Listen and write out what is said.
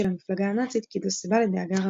המפלגה הנאצית כי זו סיבה ל"דאגה רבה".